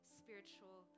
spiritual